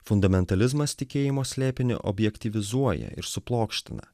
fundamentalizmas tikėjimo slėpinį objektyvizuoja ir suplokština